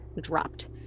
dropped